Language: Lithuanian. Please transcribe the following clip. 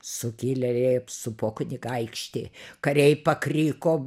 sukilėliai apsupo kunigaikštį kariai pakriko